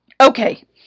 okay